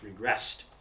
regressed